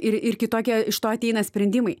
ir ir kitokia iš to ateina sprendimai